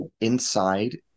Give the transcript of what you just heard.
inside